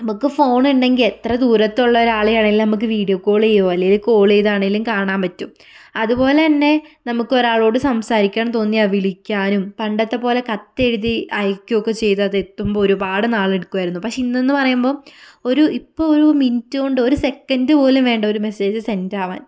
നമുക്ക് ഫോൺ ഉണ്ടെങ്കിൽ എത്ര ദൂരത്തുള്ള ഒരു ആളെയാണെങ്കിലും നമുക്ക് വീഡിയോ കോൾ ചെയ്യുകയോ അല്ലെങ്കിൽ കോൾ ചെയ്ത് ആണെങ്കിലും കാണാൻ പറ്റും അതുപോലെ തന്നെ നമുക്ക് ഒരാളോട് സംസാരിക്കാൻ തോന്നിയാൽ വിളിക്കാനും പണ്ടത്തെ പോലെ കത്ത് എഴുതി അയക്കോക്കെ ചെയ്താൽ അത് എത്തുമ്പോൾ ഒരുപാട് നാൾ എടുക്കുമായിരുന്നു പക്ഷെ ഇന്ന് എന്ന് പറയുമ്പോൾ ഒരു ഇപ്പം ഒരു മിനിറ്റ് കൊണ്ട് ഒരു സെക്കൻഡ് പോലും വേണ്ട ഒരു മെസ്സേജ് സെൻഡ് ആകാൻ